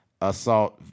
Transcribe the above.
assault